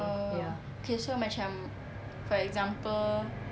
oh okay so macam for example